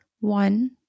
One